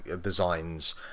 designs